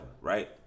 right